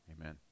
amen